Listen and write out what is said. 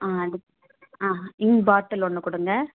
ஆ இது ஆ ink bottle ஒன்று கொடுங்க